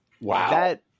wow